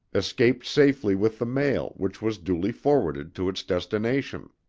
escaped safely with the mail which was duly forwarded to its destination.